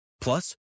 Plus